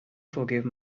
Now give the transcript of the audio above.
forgive